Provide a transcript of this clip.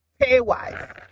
Pay-wise